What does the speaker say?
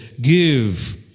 give